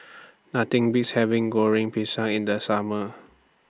Nothing Beats having Goreng Pisang in The Summer